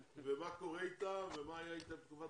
ומה קורה איתם ומה יהיה איתם בתקופת